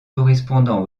correspondant